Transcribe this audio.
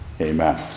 amen